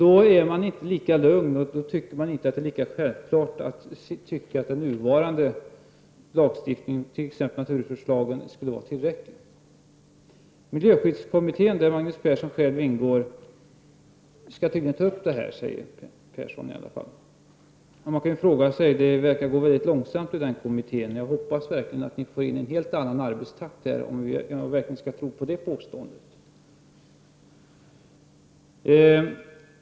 Då är det inte längre lika självklart att tycka att den nuvarande lagstiftningen, t.ex. naturresurslagen, är tillräcklig. Miljöskyddskommittén — där Magnus Persson själv ingår — skall tydligen ta upp detta, säger Magnus Persson. Det verkar gå mycket långsamt i den kommittén. Om man skall kunna tro på det påståendet måste kommittén nog få en helt annan arbetstakt.